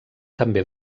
també